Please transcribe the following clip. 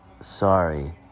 sorry